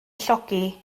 llogi